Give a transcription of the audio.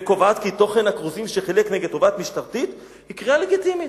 וקבעה כי תוכן הכרוזים שחילק נגד תובעת משטרתית הוא קריאה לגיטימית.